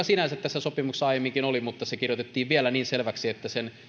sinänsä tässä sopimuksessa aiemminkin oli mutta se kirjoitettiin vielä niin selväksi että sen